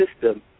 system